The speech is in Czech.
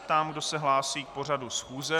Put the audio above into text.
Ptám se, kdo se hlásí k pořadu schůze.